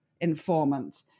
informant